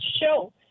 show